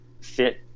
fit